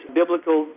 biblical